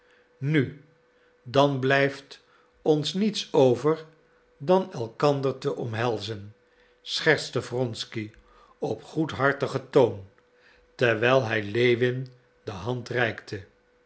nu dan blijft ons niets over dan elkander te omhelzen schertste wronsky op goedhartigen toon terwijl hij lewin de